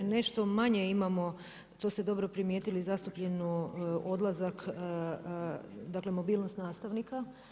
Nešto manje imamo to ste dobro primijetili zastupljeno odlazak, dakle mobilnost nastavnika.